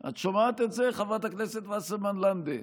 את שומעת את זה, חברת הכנסת וסרמן לנדה?